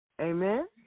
Amen